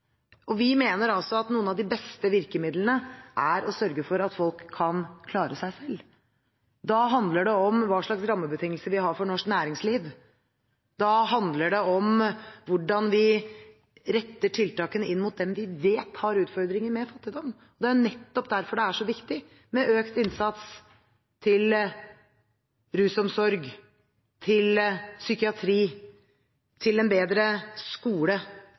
virker. Vi mener at noen av de beste virkemidlene er å sørge for at folk kan klare seg selv. Da handler det om hva slags rammebetingelser vi har for norsk næringsliv. Da handler det om hvordan vi retter tiltakene inn mot dem vi vet har utfordringer med fattigdom. Det er nettopp derfor det er så viktig med økt innsats til rusomsorg, til psykiatri, til en bedre skole